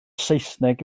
saesneg